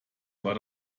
war